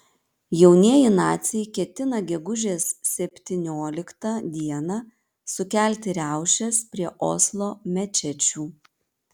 jaunieji naciai ketina gegužės septynioliktą dieną sukelti riaušes prie oslo mečečių